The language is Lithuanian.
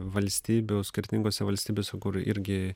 valstybių skirtingose valstybėse kur irgi